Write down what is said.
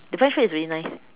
the French food is very nice